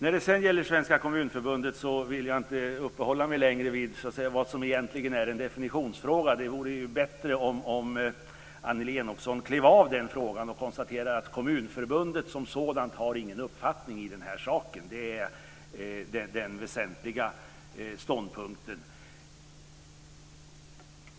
När det gäller Svenska Kommunförbundet vill jag inte längre uppehålla mig vid vad som egentligen är en definitionsfråga. Det vore bättre om Annelie Enochson klev av den frågan och konstaterade att Kommunförbundet som sådant har ingen uppfattning i saken. Det är den väsentliga ståndpunkten.